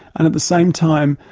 and at the same time,